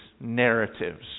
narratives